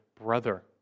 brother